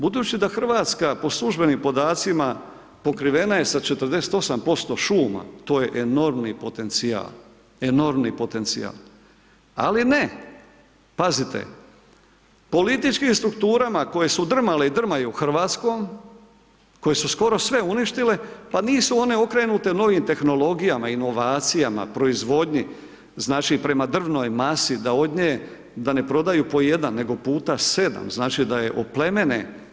Budući da Hrvatska po službenim podacima pokrivena je sa 48% šuma, to je enormni potencijal, enormni potencija, ali ne pazite, političkim strukturama koje su drmale i drmaju Hrvatskom koje su skoro sve uništile pa nisu one okrenute novim tehnologijama, inovacijama, proizvodnji znači, prema drvnoj masi da od nje da ne prodaju po jedan, nego puta 7, znači da je oplemene.